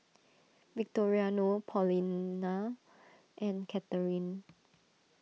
Victoriano Paulina and Katharyn